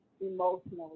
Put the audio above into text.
emotionally